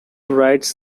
writes